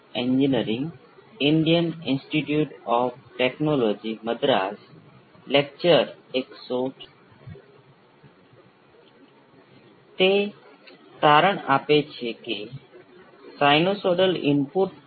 ચાલો જોઈએ હવે V c ની સાપેક્ષે આનું વિકલન સમીકરણ L C હતું V c R C નું બીજું વિકલન અને V c V c નું પ્રથમ વિકલન V s બરાબર છે